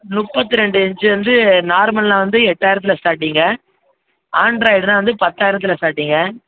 முப்பத்ரெண்டு inch வந்து நார்மல்னால் வந்து எட்டாயிரத்தில் ஸ்டார்ட்டிங்க ஆண்ட்ராய்டுனால் வந்து பத்தாயிரத்தில் ஸ்டார்ட்டிங்க